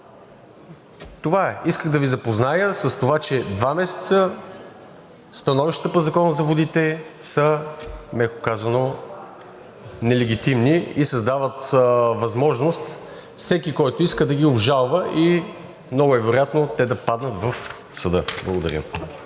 Това е. Исках да Ви запозная с това, че два месеца становищата по Закона за водите са, меко казано, нелегитимни и създават възможност всеки, който иска, да ги обжалва и много е вероятно те да паднат в съда. Благодаря.